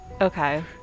Okay